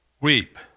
Weep